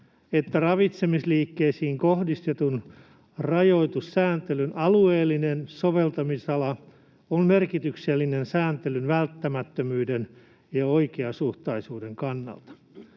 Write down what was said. että ravitsemisliikkeisiin kohdistetun rajoitussääntelyn alueellinen soveltamisala on merkityksellinen sääntelyn välttämättömyyden ja oikeasuhtaisuuden kannalta.